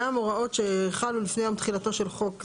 גם הוראות שחלו לפני יום תחילתו של חוק זה,